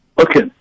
Okay